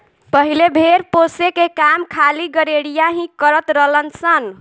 पहिले भेड़ पोसे के काम खाली गरेड़िया ही करत रलन सन